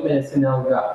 mėnesinė alga